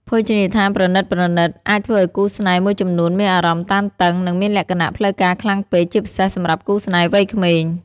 ភោជនីយដ្ឋានប្រណីតៗ អាចធ្វើឲ្យគូស្នេហ៍មួយចំនួនមានអារម្មណ៍តានតឹង និងមានលក្ខណៈផ្លូវការខ្លាំងពេក ជាពិសេសសម្រាប់គូស្នេហ៍វ័យក្មេង។